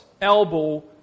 elbow